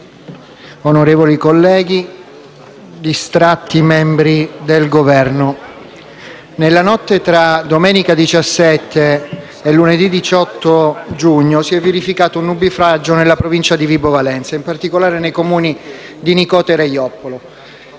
onorevoli colleghi, distratti membri del Governo, nella notte tra domenica 17 e lunedì 18 giugno si è verificato un nubifragio nella provincia di Vibo Valentia, in particolare nei comune di Nicotera a Joppolo.